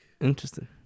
interesting